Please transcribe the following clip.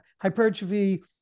hypertrophy